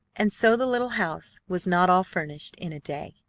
and so the little house was not all furnished in a day.